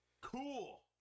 cool